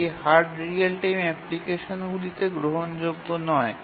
এটি hard real time অ্যাপ্লিকেশনগুলিতে গ্রহণযোগ্য নয়